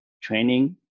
training